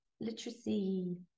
Literacy